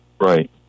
right